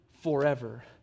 forever